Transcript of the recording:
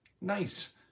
Nice